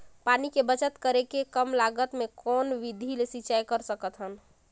पानी के बचत करेके कम लागत मे कौन विधि ले सिंचाई कर सकत हन?